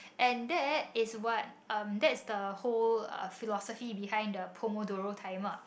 and that is what um that's the whole uh philosophy behind the Pomodoro Timer